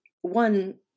one